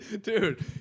Dude